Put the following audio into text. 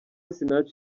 sinach